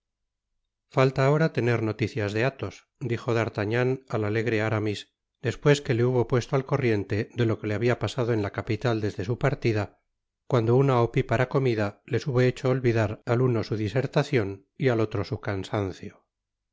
falta ahora tener noticias de atbos dijo d'artagnan al alegre aramis despues que le hubo puesto al corriente de lo que habia pasado en la capital desde su partida cuando una opípara comida les hubo hecho olvidar al uno su disertacion y al otro su cansancio